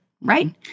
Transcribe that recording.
Right